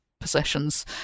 possessions